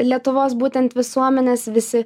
lietuvos būtent visuomenės visi